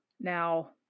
Now